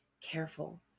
Careful